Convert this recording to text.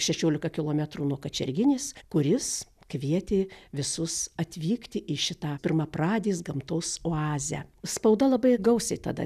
šešiolika kilometrų nuo kačerginės kuris kvietė visus atvykti į šitą pirmapradės gamtos oazę spauda labai gausiai tada